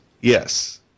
Yes